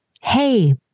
Hey